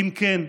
אם כן,